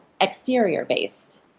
exterior-based